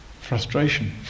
frustration